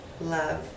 love